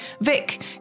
Vic